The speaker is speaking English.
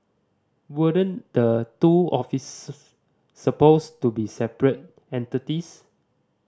weren't the two offices supposed to be separate entities